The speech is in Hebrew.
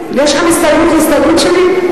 יש לכם הסתייגות להסתייגות שלי?